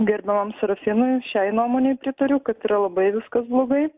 gerbiamam serafinui šiai nuomonei pritariu kad yra labai viskas blogai